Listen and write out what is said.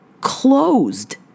closed